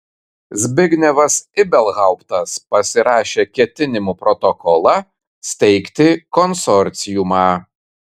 zbignevas ibelhauptas pasirašė ketinimų protokolą steigti konsorciumą